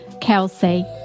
Kelsey